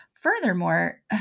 Furthermore